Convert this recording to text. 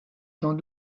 sans